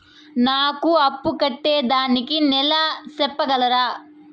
నా అప్పు కట్టేదానికి నెల సెప్పగలరా?